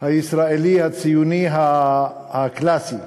הישראלי הציוני הקלאסי,